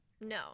No